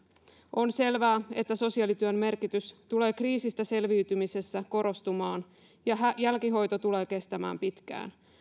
on selvää että sosiaalityön merkitys tulee kriisistä selviytymisessä korostumaan ja jälkihoito tulee kestämään pitkään